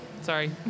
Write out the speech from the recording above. sorry